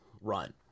run